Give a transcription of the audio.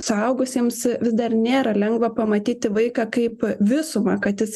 suaugusiems vis dar nėra lengva pamatyti vaiką kaip visumą kad jis